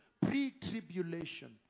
Pre-tribulation